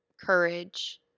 courage